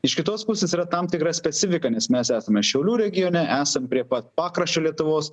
iš kitos pusės yra tam tikra specifika nes mes esame šiaulių regione esam prie pat pakraščio lietuvos